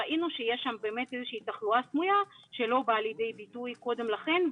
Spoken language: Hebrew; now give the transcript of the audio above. ראינו שיש שם תחלואה סמויה שלא באה לידי ביטוי קודם לכן,